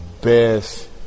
best